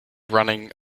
running